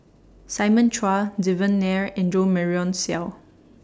Simon Chua Devan Nair and Jo Marion Seow